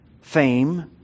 fame